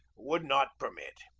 would not permit.